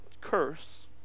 curse